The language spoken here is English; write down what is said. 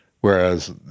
whereas